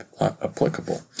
applicable